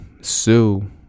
sue